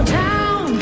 down